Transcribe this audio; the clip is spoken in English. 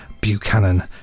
Buchanan